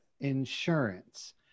Insurance